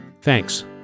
Thanks